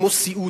כמו סיעוד,